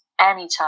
anytime